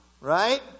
right